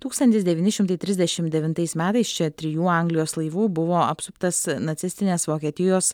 tūkstantis devyni šimtai trisdešimt devintais metais čia trijų anglijos laivų buvo apsuptas nacistinės vokietijos